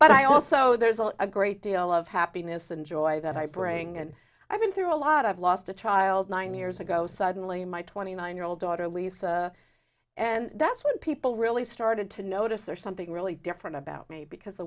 but i also there's a great deal of happiness and joy that i bring and i've been through a lot i've lost a child nine years ago suddenly in my twenty nine year old daughter lisa and that's when people really started to notice there's something really different about me because the